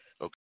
Okay